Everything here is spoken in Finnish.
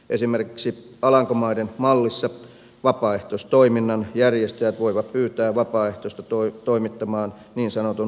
esimerkiksi alankomaiden mallissa vapaaehtoistoiminnan järjestäjät voivat pyytää vapaaehtoista toimittamaan niin sanotun luotettavuustodistuksen